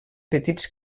petits